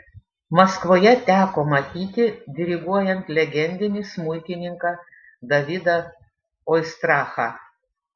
maskvoje teko matyti diriguojant legendinį smuikininką davidą oistrachą